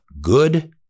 Good